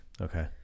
Okay